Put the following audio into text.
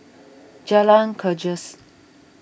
Jalan Gajus